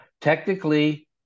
Technically